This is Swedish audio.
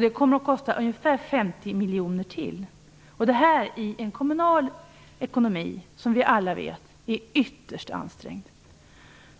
Det kommer att kosta ungefär ytterligare 50 miljoner, detta i en kommunal ekonomi som, vilket vi alla vet, är ytterst ansträngd.